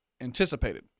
anticipated